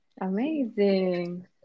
amazing